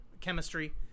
chemistry